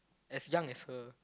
as young as her